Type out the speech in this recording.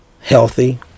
healthy